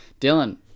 Dylan